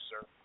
sir